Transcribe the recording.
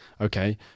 okay